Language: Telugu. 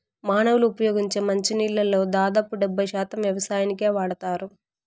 మానవులు ఉపయోగించే మంచి నీళ్ళల్లో దాదాపు డెబ్బై శాతం వ్యవసాయానికే వాడతారు